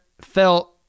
felt